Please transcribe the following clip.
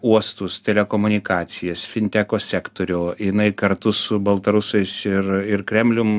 uostus telekomunikacijas finteko sektorių jinai kartu su baltarusais ir ir kremlium